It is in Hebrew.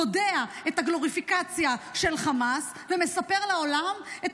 גודעת את הגלוריפיקציה של חמאס ומספרת לעולם את